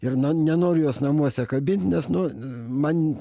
ir na nenoriu jos namuose kabint nes nu man